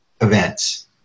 events